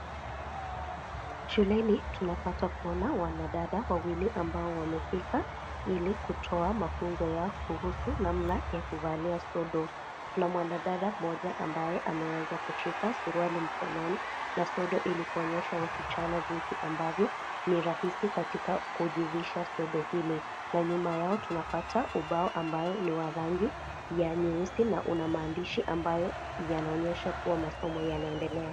Shule tunapata kuona wanadada wawili ambao wamefika ili kutoa mafunzo ya kuhusu namna ya kuvalia sodo. Kuna mwanadada mmoja ambaye ameweza kushika suruali mkononi na sodo ili kuonyesha wasichana jinsi ambavyo ni rahisi katika kujivisha sodo hili na nyuma yao tunapata ubao ambao ni wa rangi ya nyeusi na una maandishi ambayo yanaonyesha kuwa masomo yanaendelea.